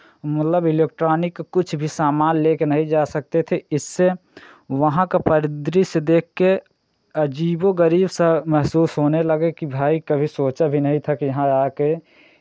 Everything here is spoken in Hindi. मतलब इलेक्ट्रॉनिक का कुछ भी सामान लेके नहीं जा सकते थे इससे वहाँ का परिदृश्य देख के अजीबो गरीब सा महसूस होने लगा कि भाई कभी सोचा भी नहीं था कि यहाँ आके